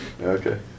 Okay